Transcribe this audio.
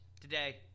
today